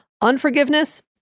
Unforgiveness